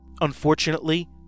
Unfortunately